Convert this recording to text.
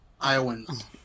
Iowans